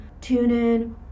TuneIn